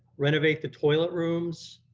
renovate the toilet rooms,